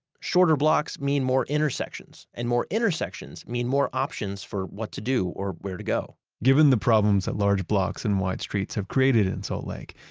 shorter blocks mean more intersections and more intersections mean more options for what to do or where to go. given the problems that large blocks and wide streets have created in salt lake,